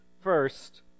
first